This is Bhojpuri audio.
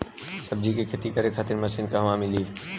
सब्जी के खेती करे खातिर मशीन कहवा मिली?